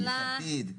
הלכתית.